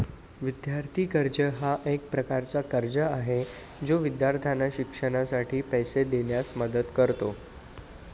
विद्यार्थी कर्ज हा एक प्रकारचा कर्ज आहे जो विद्यार्थ्यांना शिक्षणासाठी पैसे देण्यास मदत करतो